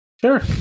sure